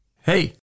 Hey